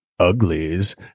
Uglies